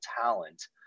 talent